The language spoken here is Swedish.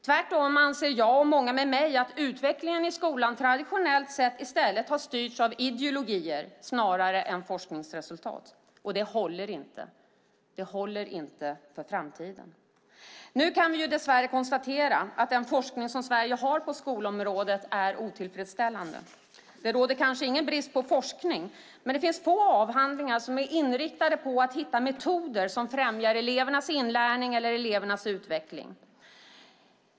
Tvärtom anser jag och många med mig att utvecklingen i skolan traditionellt sett har styrts av ideologier snarare än forskningsresultat. Men det håller inte för framtiden. Nu kan vi dess värre konstatera att den forskning som Sverige har på skolområdet är otillfredsställande. Det råder kanske ingen brist på forskning, men få avhandlingar är inriktade på att hitta metoder som främjar elevernas inlärning eller utveckling.